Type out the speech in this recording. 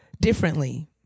differently